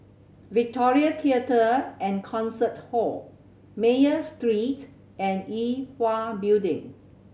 Victoria Theatre and Concert Hall Mayo Street and Yue Hwa Building